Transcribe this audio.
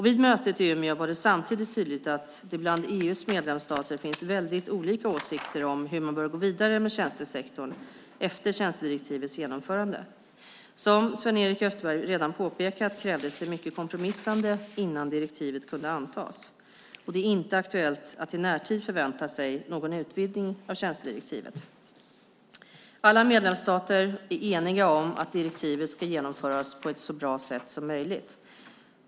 Vid mötet i Umeå var det samtidigt tydligt att det bland EU:s medlemsstater finns väldigt olika åsikter om hur man bör gå vidare med tjänstesektorn efter tjänstedirektivets genomförande. Som Sven-Erik Österberg redan påpekat krävdes det mycket kompromissande innan direktivet kunde antas. Det är inte aktuellt att i närtid förvänta sig någon utvidgning av tjänstedirektivet. Alla medlemsstater är eniga om att direktivet ska genomföras på ett så bra sätt som möjligt.